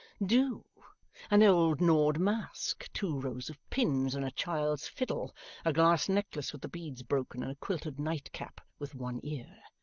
do an old gnawed mask, two rows of pins, and a child's fiddle a glass necklace with the beads broken, and a quilted night-cap with one ear.